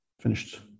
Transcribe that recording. finished